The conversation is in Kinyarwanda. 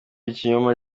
ikinyoma